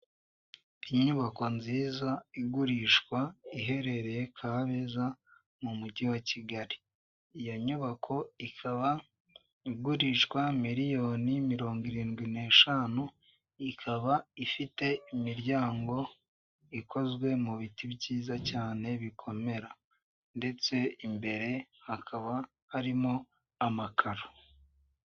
Inyubako nziza igurishwa, iherereye kabeza mu mujyi wa Kigali, iyo nyubako ikaba igurishwa miliyoni mirongo irindwi n'eshanu, ikaba ifite imiryango ikozwe mu biti byiza cyane bikomera, ndetse imbere hakaba harimo amakaro.